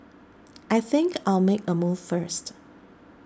I think I'll make a move first